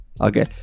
Okay